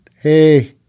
hey